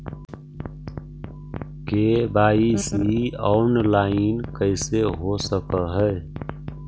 KYC online कैसे हो सक है?